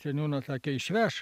seniūnas sakė išveš